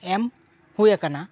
ᱮᱢ ᱦᱩᱭ ᱟᱠᱟᱱᱟ